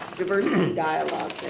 diverse and dialogue